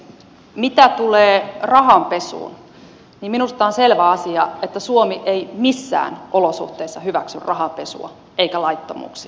mitä tulee rahanpesuun niin minusta on selvä asia että suomi ei missään olosuhteissa hyväksy rahanpesua eikä laittomuuksia